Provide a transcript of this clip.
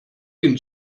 ihn